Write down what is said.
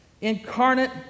Incarnate